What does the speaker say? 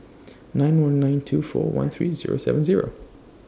nine one nine two four one three Zero seven Zero